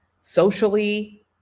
socially